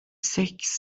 sechs